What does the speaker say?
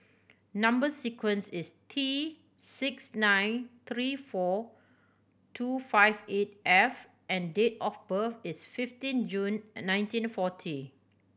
number sequence is T six nine three four two five eight F and date of birth is fifteen June nineteen forty